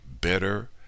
better